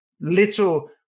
little